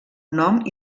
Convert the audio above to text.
nom